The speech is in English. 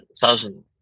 thousand